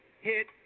hit